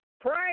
pray